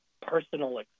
personal